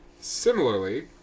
Similarly